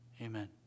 Amen